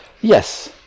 Yes